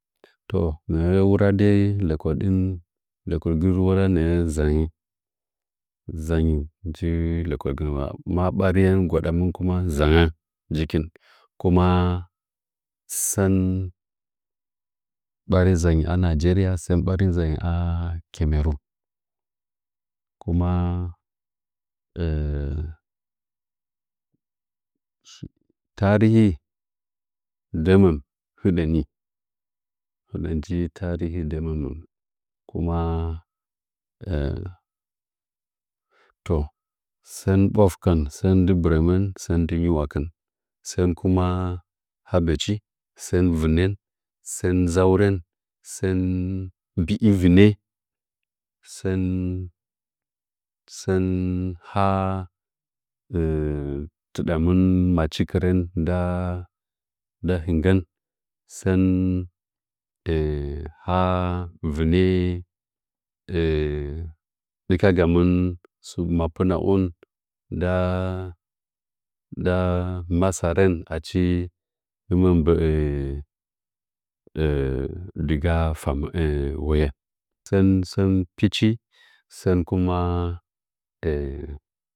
To nɚɚ wura dai lɚkoɗin lɚkoɗin ngɨ wura nɚɚ nza nyin nzanyi nji tekoɗgɚn wa ma tor iye gwadamɨh kuma nzangɚ njikɨh kuma sɚn ɓari nzayi a nageria sɚn ɓari nzayi a sɚn ɓari nzayi kemo rim kuma tarihi ndɚmɚm hiɗɚ nji teri hi ndɚ mɚm kuma to sɚn ɓwakɨfɚn sɚn ndɨ bɨrɚmɚun sɚn ndɨ nyi’wakɨh sɚn kuma ha bɚachi zɚmɚn sɚn zaurɚn bii vinɚ sɚn sɚn ha tidamɨn machi kɨrɚn nda hɨgɚn sɚn ha vɨnɚ dɨ ka ga mɨn su mapɨna’o nda nda masarɚn hɨmɚm mgbɚɚ digaa fam wuyen sɚn sɚn pɨchi sɚn kuma